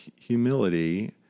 humility